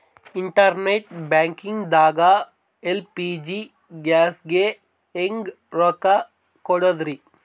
Internet banking ದಾಗ LPG ಗ್ಯಾಸ್ಗೆ ಹೆಂಗ್ ರೊಕ್ಕ ಕೊಡದ್ರಿ?